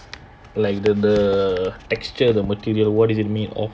like the the extra the material what is it made of